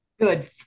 good